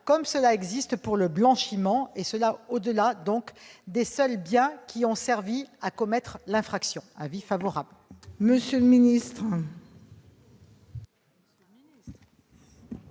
comme cela existe pour le blanchiment, et ce au-delà des seuls biens qui ont servi à commettre l'infraction. Quel